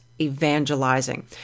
evangelizing